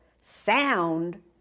sound